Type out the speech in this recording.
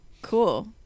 Cool